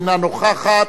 אינה נוכחת.